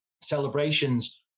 celebrations